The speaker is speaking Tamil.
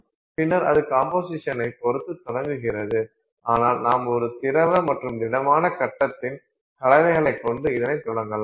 பின்னர் அது கம்போசிஷனைப் பொறுத்து தொடங்குகிறது ஆனால் நாம் ஒரு திரவ மற்றும் திடமான கட்டத்தின் கலவைகளைக் கொண்டு இதனை தொடங்கலாம்